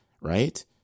right